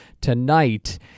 tonight